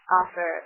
offer